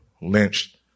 lynched